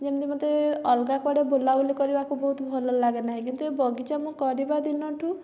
ଯେମିତି ମୋତେ ଅଲଗା କୁଆଡ଼େ ବୁଲା ବୁଲି କରିବାକୁ ବହୁତ ଭଲ ଲାଗେ ନାହିଁ କିନ୍ତୁ ଏ ବଗିଚା ମୁଁ କରିବା ଦିନ ଠୁ